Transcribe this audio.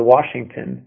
Washington